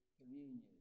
communion